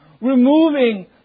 removing